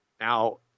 Now